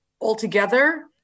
altogether